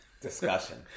discussion